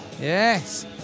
Yes